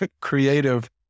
creative